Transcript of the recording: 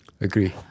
Agree